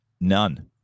None